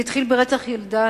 זה התחיל ברצח ילדה,